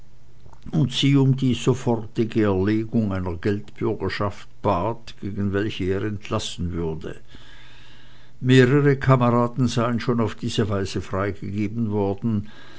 und sie um die sofortige erlegung einer geldbürgschaft bat gegen welche er entlassen würde mehrere kameraden seien schon auf diese weise freigegeben worden